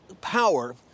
power